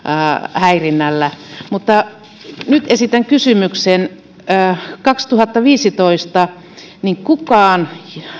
häirinnällä nyt esitän kysymyksen siitä kun vuonna kaksituhattaviisitoista kukaan